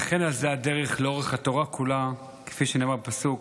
וכן על זה הדרך לאורך התורה כולה, כפי שנאמר בפסוק